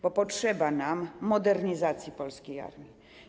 Bo potrzeba nam modernizacji polskiej armii.